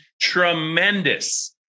Tremendous